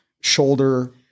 shoulder